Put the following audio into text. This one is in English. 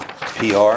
PR